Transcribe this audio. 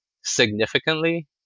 significantly